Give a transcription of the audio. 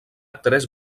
tres